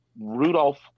Rudolph